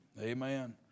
Amen